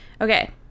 Okay